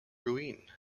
rouen